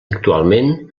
actualment